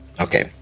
Okay